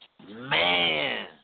Man